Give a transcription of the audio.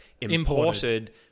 imported